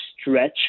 stretch